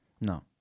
No